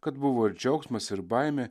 kad buvo ir džiaugsmas ir baimė